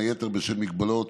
בין היתר בשל מגבלות